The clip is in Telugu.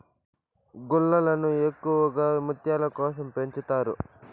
గుల్లలను ఎక్కువగా ముత్యాల కోసం పెంచుతారు